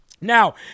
Now